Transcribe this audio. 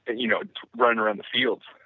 and you know run around the fields,